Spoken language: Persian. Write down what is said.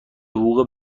حقوق